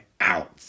Out